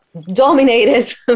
dominated